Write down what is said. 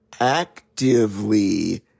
actively